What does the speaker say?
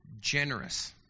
generous